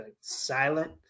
silent